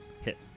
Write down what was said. Hit